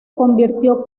convirtió